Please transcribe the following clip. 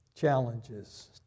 Challenges